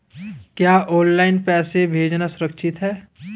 क्या ऑनलाइन पैसे भेजना सुरक्षित है?